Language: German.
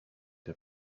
der